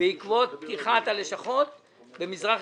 והפקידות מאוד לא.